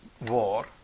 war